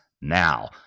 now